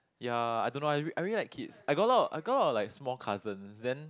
ya I don't know I re~ I really like kids I got a lot of I got a lot of like small cousins then